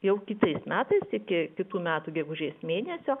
jau kitais metais iki kitų metų gegužės mėnesio